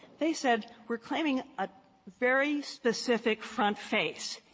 they said we're claiming a very specific front face,